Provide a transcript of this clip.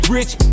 Rich